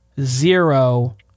Zero